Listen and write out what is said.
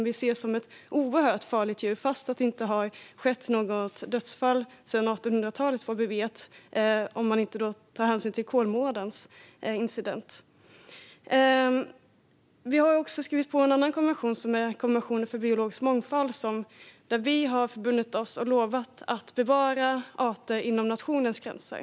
Den ses som ett oerhört farligt djur, fast det inte har skett något dödsfall sedan 1800-talet, vad vi vet, om man inte tar hänsyn till incidenten på Kolmården. Vi har också skrivit på en annan konvention, konventionen för biologisk mångfald, där vi har förbundit oss att bevara arter inom nationens gränser.